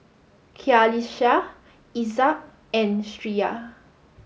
Qalisha Izzat and Syirah